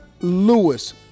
Lewis